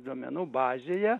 duomenų bazėje